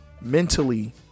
mentally